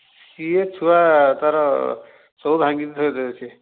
ସିଏ ଛୁଆ ତା'ର ସବୁ ଭାଙ୍ଗିକି ଥୋଇଦେବେ ସେ